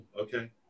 Okay